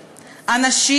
אנשים,